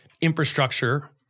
infrastructure